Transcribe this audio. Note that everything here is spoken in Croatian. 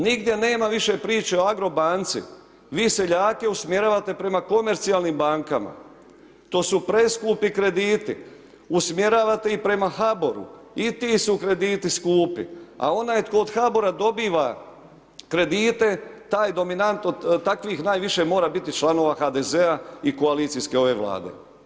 Nigdje nema više priče o Agrobanci, vi seljake usmjeravate prema komercijalnim bankama, to su preskupi krediti, usmjeravate ih prema HABOR-u i ti su krediti skupi, a onaj tko od HABOR-a dobiva kredite taj dominantno, takvih najviše mora biti članova HDZ-a i koalicijske ove Vlade.